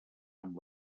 amb